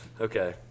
Okay